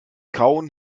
kauen